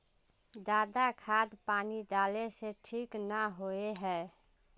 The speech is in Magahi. ज्यादा खाद पानी डाला से ठीक ना होए है?